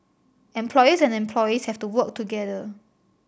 employers and employees have to work together